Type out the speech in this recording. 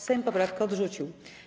Sejm poprawkę odrzucił.